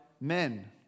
men